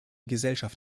gesellschaft